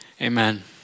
amen